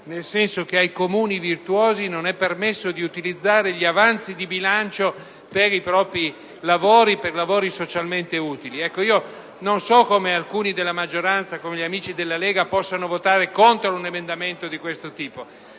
nel senso che ai Comuni virtuosi non è permesso utilizzare gli avanzi di bilancio per i propri lavori e per i lavori socialmente utili. Io non capisco come alcuni membri della maggioranza, ad esempio gli amici della Lega Nord, possano votare contro un emendamento di questo tipo.